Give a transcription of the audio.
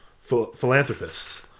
philanthropists